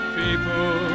people